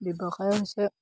ব্যৱসায় হৈছে